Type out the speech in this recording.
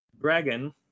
Dragon